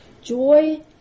Joy